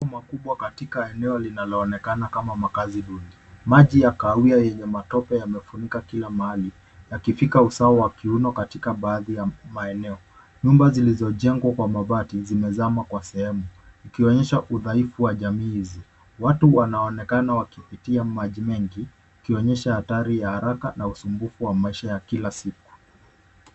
Mafuriko makubwa katika eneo linaloonekana kama makazi duni. Maji ya kahawia yenye matope yamefunika kila mahali yakifika usawa wa kiuno katika baadhi ya maeneo. Nyumba zilizojengwa kwa mabati zimezama kwa sehemu ikionyesha udhaifu wa jamii hizi. Watu wanaonekana wakipitia maji mengi ikionyesha hatari ya haraka na usumbufu wa maisha ya kila siku.